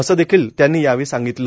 असं देखील त्यांनी यावेळी सांगितलं